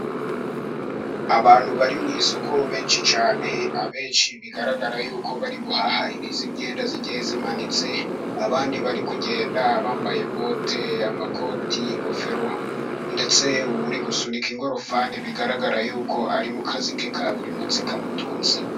Abantu bari mu isoko benshi cyane, abenshi bigaragara yuko bari guhaha iyi myenda igiye imanitse, abandi bari kugenda bambaye bote, amakoti, ingofero, ndetse uri gusunika ingorofani, bigaragara yuko ari mu kazi ke ka buri munsi kamutunze.